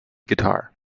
guitar